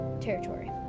territory